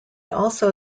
also